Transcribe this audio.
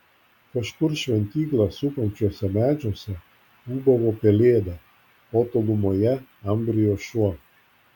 kažkur šventyklą supančiuose medžiuose ūbavo pelėda o tolumoje ambrijo šuo